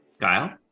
Kyle